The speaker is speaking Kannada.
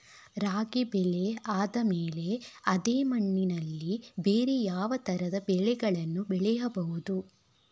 ರಾಗಿ ಬೆಳೆ ಆದ್ಮೇಲೆ ಅದೇ ಮಣ್ಣಲ್ಲಿ ಬೇರೆ ಯಾವ ತರದ ಬೆಳೆಗಳನ್ನು ಬೆಳೆಯಬಹುದು?